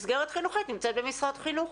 מסגרת חינוכית נמצאת במשרד חינוך,